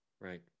right